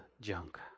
junk